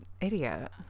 idiot